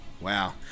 Wow